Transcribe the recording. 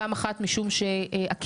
פעם אחת משום שהקהילות,